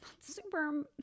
super